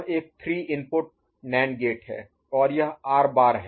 तो यह एक 3 इनपुट NAND गेट है और यह R बार है